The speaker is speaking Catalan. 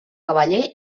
cavaller